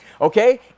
Okay